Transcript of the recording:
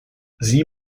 sieh